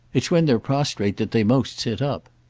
it's when they're prostrate that they most sit up.